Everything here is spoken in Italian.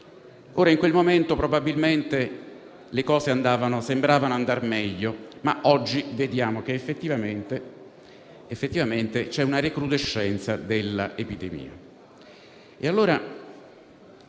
In quel momento probabilmente le cose sembravano andar meglio, ma oggi vediamo che effettivamente c'è una recrudescenza della epidemia.